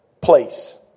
place